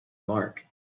mark